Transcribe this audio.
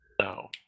No